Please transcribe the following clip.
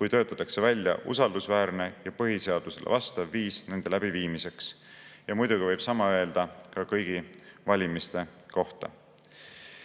kuni töötatakse välja usaldusväärne ja põhiseadusele vastav viis nende läbiviimiseks. Muidugi võib sama öelda ka kõigi valimiste kohta.